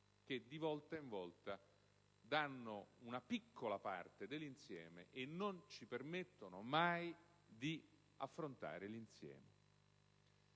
che di volta in volta trattano una piccola parte dell'insieme e non ci permettono mai di affrontare l'insieme.